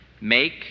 Make